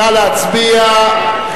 נא להצביע.